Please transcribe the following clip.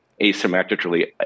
asymmetrically